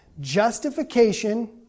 Justification